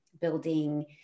building